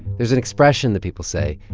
there's an expression that people say.